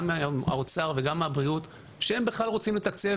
גם מהאוצר וגם מהבריאות שהם בכלל רוצים לתקצב